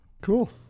cool